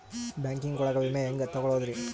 Banking ಒಳಗ ವಿಮೆ ಹೆಂಗ್ ತೊಗೊಳೋದ್ರಿ?